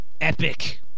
epic